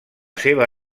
seva